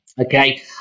Okay